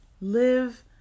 Live